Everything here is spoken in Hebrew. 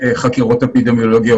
חולה.